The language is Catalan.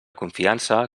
confiança